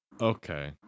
okay